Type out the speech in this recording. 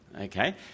Okay